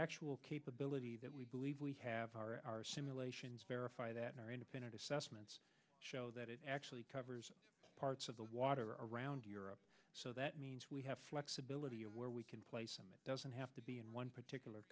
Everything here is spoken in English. actual capability that we believe we have are our simulations verify that our independent assessments show that it actually covers parts of the water around europe so that means we have flexibility of where we can place them it doesn't have to be in one particular